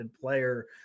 player